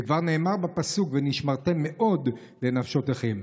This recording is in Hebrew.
וכבר נאמר בפסוק: "ונשמרתם מאֹד לנפשֹׁתיכם".